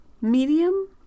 medium